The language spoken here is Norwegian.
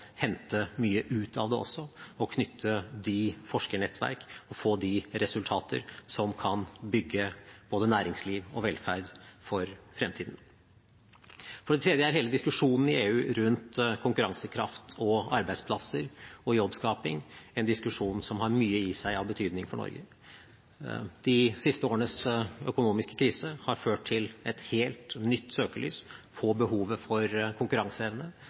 hente mye ut av det og knytte de forskernettverk og få de resultater som kan bygge både næringsliv og velferd for fremtiden. For det tredje er hele diskusjonen i EU rundt konkurransekraft, arbeidsplasser og jobbskaping en diskusjon som har mye i seg av betydning for Norge. De siste årenes økonomiske krise har ført til et helt nytt søkelys på behovet for konkurranseevne,